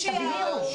תבהירו.